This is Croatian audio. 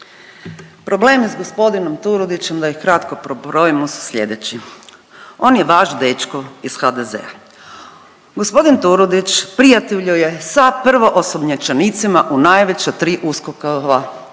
problem s g. Turudićem da ih kratko prebrojimo su slijedeći. On je vaš dečko iz HDZ-a. Gospodin Turudić prijateljuje sa prvoosumnjičenicima u najveća 3 USKOK-ova